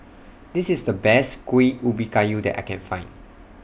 This IS The Best Kuih Ubi Kayu that I Can Find